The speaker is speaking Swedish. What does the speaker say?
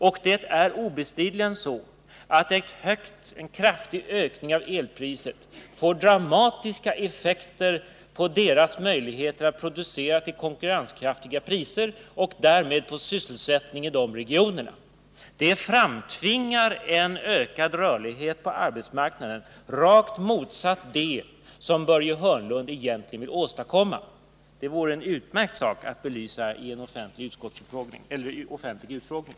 Och det är obestridligen så att en kraftig ökning av elpriset får dramatiska effekter på deras möjligheter att producera till konkurrenskraftiga priser och därmed på sysselsättningen i dessa regioner. Det framtvingar en ökad rörlighet på arbetsmarknaden, rakt motsatt det som Börje Hörnlund egentligen vill åstadkomma. Det vore en utmärkt sak att belysa i en offentlig utfrågning.